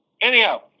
Anyhow